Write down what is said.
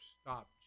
stop